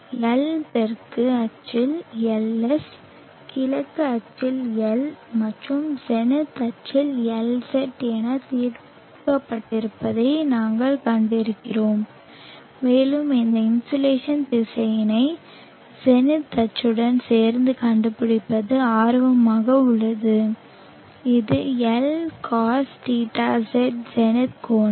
L தெற்கு அச்சில் LS கிழக்கு அச்சில் L மற்றும் ஜெனிட் அச்சில் LZ என தீர்க்கப்பட்டிருப்பதை நாங்கள் கண்டிருக்கிறோம் மேலும் இந்த இன்சோலேஷன் திசையனை ஜெனித் அச்சுடன் சேர்த்து கண்டுபிடிப்பது ஆர்வமாக உள்ளது இது Lcosθz ஜெனித் கோணம்